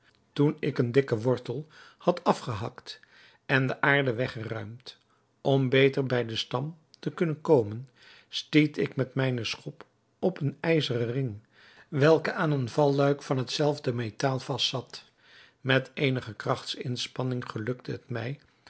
toen ik een dikken wortel had afgehakt en de aarde weg geruimd om beter bij den stam te kunnen komen stiet ik met mijne schop op een ijzeren ring welke aan een valluik van hetzelfde metaal vast zat met eenige krachtsinspanning gelukte het mij